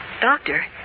Doctor